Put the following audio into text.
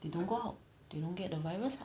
they don't go out do they don't get the virus